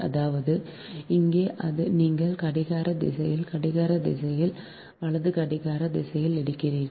அதாவது இங்கே நீங்கள் கடிகார திசையில் கடிகார திசையில் வலது கடிகார திசையில் எடுக்கிறீர்கள்